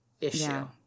issue